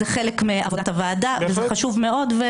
זה חלק מעבודת הוועדה וזה חשוב מאוד.